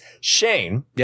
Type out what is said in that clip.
Shane